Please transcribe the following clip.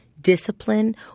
discipline